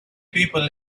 people